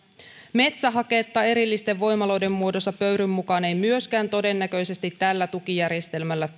metsähaketta erillisten voimaloiden muodossa pöyryn mukaan ei myöskään todennäköisesti tällä tukijärjestelmällä